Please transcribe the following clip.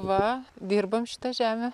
va dirbam šitą žemę